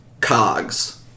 Cogs